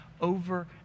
over